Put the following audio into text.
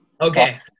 Okay